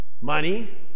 money